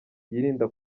yirinda